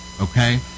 Okay